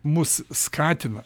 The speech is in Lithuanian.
mus skatina